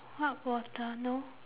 what water no